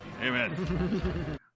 Amen